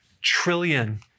trillion